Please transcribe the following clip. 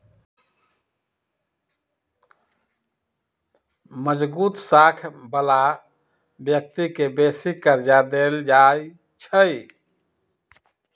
मजगुत साख बला व्यक्ति के बेशी कर्जा देल जाइ छइ